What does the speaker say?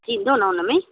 थींदो न उनमें